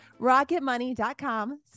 rocketmoney.com